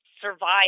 survive